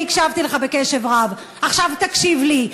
הקשבתי לך בקשב רב, עכשיו תקשיב לי.